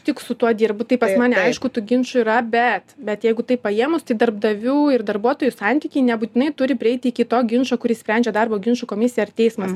tik su tuo dirbu tai pas mane aišku tų ginčų yra bet bet jeigu taip paėmus tai darbdavių ir darbuotojų santykiai nebūtinai turi prieiti iki to ginčo kurį sprendžia darbo ginčų komisija ar teismas